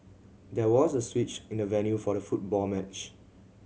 there was a switch in the venue for the football match